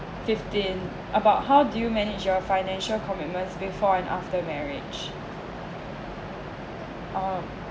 fifteen about how do you manage your financial commitments before and after marriage (uh huh)